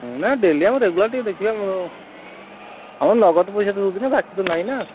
ନା ଡେଲି ଆମେ ଟିକେ ରେଗୁଲାର୍ ଦେଖିବା ହଁ ନଗଦ ପଇସା ଦଉଛୁ ବାକି ତ ନାହିଁ ନା